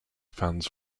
fans